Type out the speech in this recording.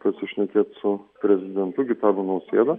pasišnekėt su prezidentu gitanu nausėda